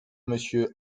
monsieur